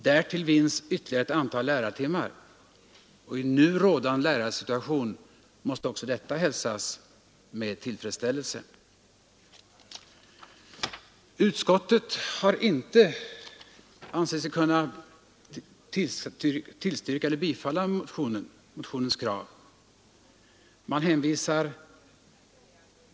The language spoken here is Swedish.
Därtill vinns ett antal lärartimmar, och i nu rådande lärarsituation måste också det hälsas med tillfredsställelse. Utskottet har inte ansett sig kunna tillstyrka bifall till motionens krav.